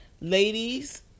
Ladies